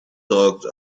talked